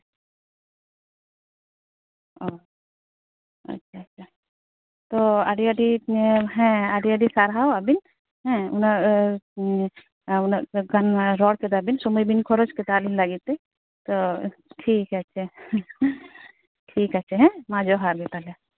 ᱚ ᱟᱪᱪᱷᱟ ᱪᱷᱟ ᱪᱷᱟ ᱛᱚ ᱟᱹᱰᱤ ᱟᱹᱰᱤ ᱦᱮᱸ ᱟᱹᱰᱤ ᱟᱹᱰᱤ ᱥᱟᱨᱦᱟᱣ ᱟᱵᱤᱱ ᱱᱚᱣᱟ ᱩᱱᱟᱹᱜ ᱜᱟᱱ ᱨᱚᱲ ᱠᱮᱫᱟᱵᱤᱱ ᱥᱚᱢᱚᱭ ᱵᱤᱱ ᱠᱷᱚᱨᱚᱪ ᱠᱮᱫᱟ ᱟᱹᱞᱤᱧ ᱞᱟᱹᱜᱤᱫ ᱛᱮ ᱛᱚ ᱴᱷᱤᱠ ᱟᱪᱪᱷᱮ ᱴᱷᱤᱠ ᱟᱪᱷᱮ ᱦᱮᱸ ᱢᱟ ᱡᱚᱦᱟᱨ ᱜᱮ ᱛᱟᱦᱚᱞᱮ